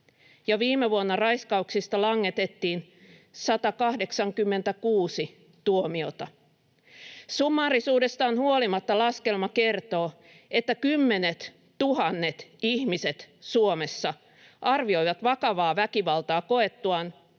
ja viime vuonna raiskauksista langetettiin 186 tuomiota. Summaarisuudestaan huolimatta laskelma kertoo, että kymmenettuhannet ihmiset Suomessa arvioivat vakavaa väkivaltaa koettuaan,